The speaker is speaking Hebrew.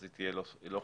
היא תהיה לא חוקית.